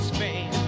Spain